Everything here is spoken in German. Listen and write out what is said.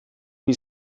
wie